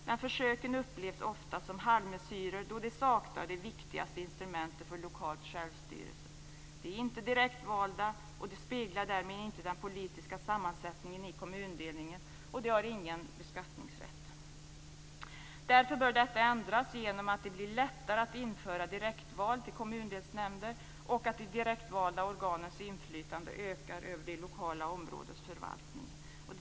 Men försöken upplevs ofta som halvmesyrer då de saknar de viktigaste instrumenten för lokal självstyrelse: De är inte direktvalda och speglar därmed inte den politiska sammansättningen i kommundelen och de har ingen beskattningsrätt. Därför bör detta ändras genom att göra det lättare att införa direktval till kommundelsnämnder och genom att låta de direktvalda organens inflytande öka över det lokala områdets förvaltning.